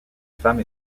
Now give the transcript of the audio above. femme